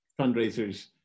fundraisers